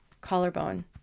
Collarbone